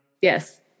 Yes